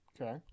Okay